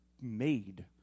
made